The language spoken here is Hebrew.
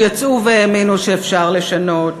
שיצאו והאמינו שאפשר לשנות,